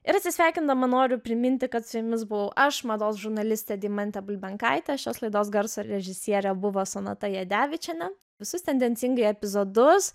ir atsisveikindama noriu priminti kad su jumis buvau aš mados žurnalistė deimantė bulbenkaitė šios laidos garso režisierė buvo sonata jadevičienė visus tendencingai epizodus